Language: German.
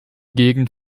gegend